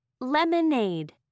Lemonade